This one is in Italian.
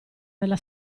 nella